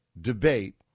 debate